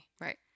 Right